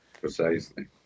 Precisely